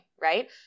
Right